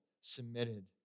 submitted